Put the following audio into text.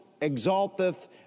exalteth